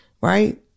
right